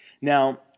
Now